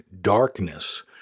darkness